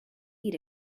eat